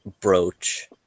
brooch